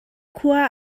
khua